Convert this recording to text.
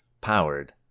powered